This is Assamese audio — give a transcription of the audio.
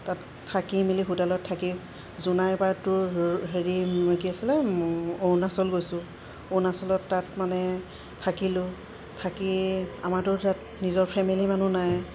তাত থাকি মেলি হোটেলত থাকি জোনাৰপৰাটোৰ হেৰি কি আছিলে অৰুণাচল গৈছোঁ অৰুণাচলত তাত মানে থাকিলোঁ থাকি আমাৰটো তাত নিজৰ ফেমিলি মানুহ নাই